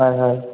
হয় হয়